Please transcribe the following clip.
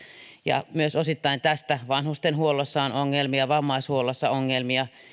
ja myös osittain tästä johtuen vanhustenhuollossa on ongelmia vammaishuollossa ongelmia